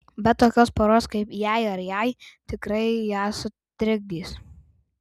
bet tokios poros kaip jei ir jai tikrai ją sutrikdys